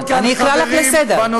אני אקרא אותך לסדר.